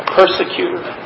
persecutor